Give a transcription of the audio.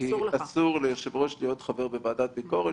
כי אסור ליושב-ראש להיות חבר בוועדת ביקורת.